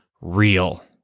real